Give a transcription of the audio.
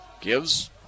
gives